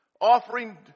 offering